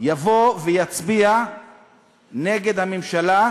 יבוא ויצביע נגד הממשלה